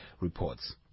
reports